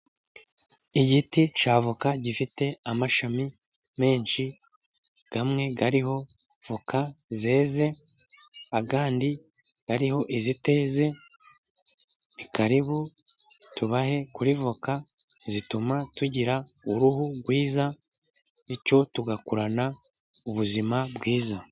Igiti cy'avoka gifite amashami menshi ,rimwe ririho avoka zeze andi ariho iziteze. Ni karibu tubahe kuri avoka. Zituma tugira uruhu rwiza bityo tugakurana ubuzima bwiza.